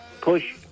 push